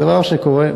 דבר שקורה,